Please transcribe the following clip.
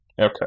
okay